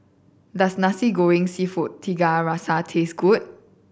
does Nasi Goreng Seafood Tiga Rasa taste good